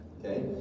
Okay